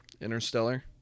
Interstellar